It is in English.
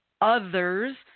others